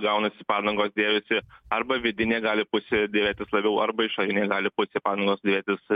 gaunasi padangos dėvisi arba vidinė gali pusė dėvėtis labiau arba išorinė gali pusė padangos dėvėtis